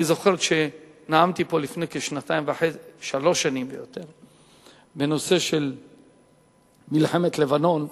אני זוכר שנאמתי פה לפני כשלוש שנים בנושא מלחמת לבנון,